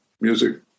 music